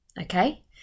okay